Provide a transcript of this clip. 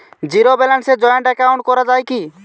Zero ব্যালেন্সে joint account করা য়ায় কি?